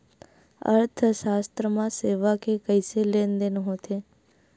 अर्थशास्त्र मा सेवा के कइसे लेनदेन होथे?